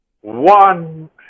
one